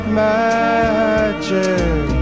magic